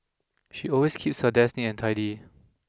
she always keeps her desk neat and tidy